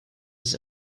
his